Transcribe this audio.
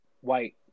White